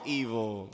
evil